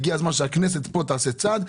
הגיע הזמן שהכנסת פה תעשה צעד.